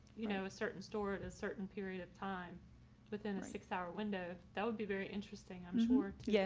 you know, a certain store at a certain period of time within a six hour window. that would be very interesting. i'm sure. yes.